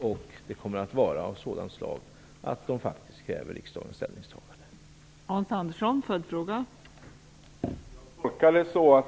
Förslagen kommer att vara av sådant slag att de faktiskt kräver riksdagens ställningstagande.